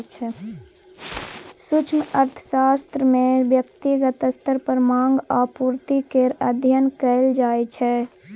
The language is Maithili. सूक्ष्म अर्थशास्त्र मे ब्यक्तिगत स्तर पर माँग आ पुर्ति केर अध्ययन कएल जाइ छै